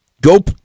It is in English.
Go